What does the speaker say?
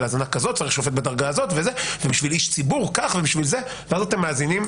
האזנה לאיש ציבור צריך שופט בדרגה הזאת וכו' ואתם מאזינים